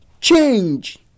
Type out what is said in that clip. change